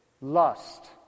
Lust